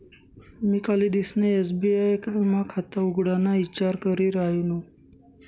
मी कालदिसना एस.बी.आय मा खाता उघडाना ईचार करी रायनू